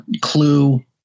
clue